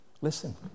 listen